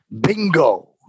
bingo